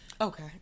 Okay